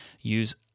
use